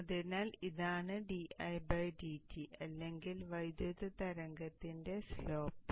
അതിനാൽ ഇതാണ് അല്ലെങ്കിൽ വൈദ്യുത തരംഗരൂപത്തിന്റെ സ്ലോപ്പ്